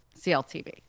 CLTV